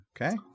Okay